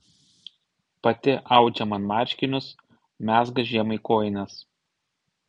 pati audžia man marškinius mezga žiemai kojines